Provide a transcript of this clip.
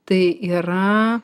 tai yra